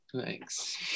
Thanks